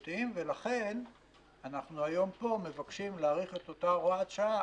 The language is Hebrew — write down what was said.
ולכן היום פה אנחנו מבקשים להאריך את אותה הוראת שעה